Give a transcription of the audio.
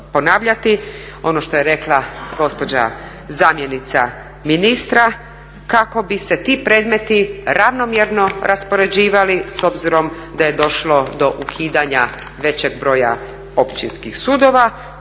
ono što je rekla gospođa zamjenica ministra kako bi se ti predmeti ravnomjerno raspoređivali s obzirom da je došlo do ukidanja većeg broja općinskih sudova